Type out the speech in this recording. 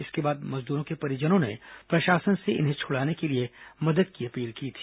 इसके बाद मजदूरों के परिजनों ने प्रशासन से इन्हें छुड़ाने के लिए मदद की अपील की थी